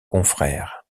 confrères